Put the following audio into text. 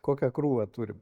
kokią krūvą turim